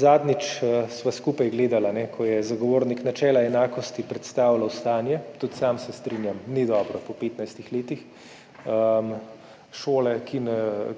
Zadnjič sva skupaj gledala, ko je zagovornik načela enakosti predstavljal stanje – tudi sam se strinjam, ni dobro po 15 letih, šole,